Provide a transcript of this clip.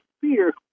fear